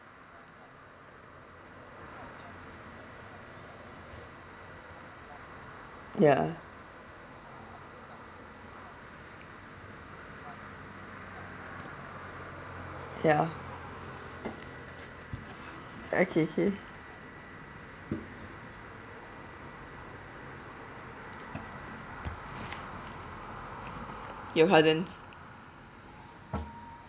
ya ya very okay K your cousins